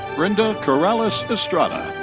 brenda corrales estrada.